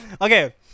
Okay